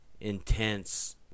intense